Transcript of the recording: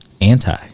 anti